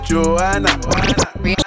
Joanna